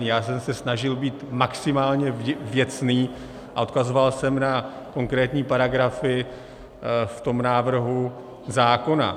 Já jsem se snažil být maximálně věcný a odkazoval jsem na konkrétní paragrafy v tom návrhu zákona.